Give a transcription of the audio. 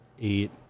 eight